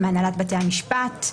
מהנהלת בתי המשפט,